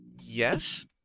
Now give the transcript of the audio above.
Yes